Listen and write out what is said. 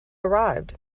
arrived